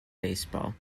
baseball